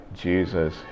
Jesus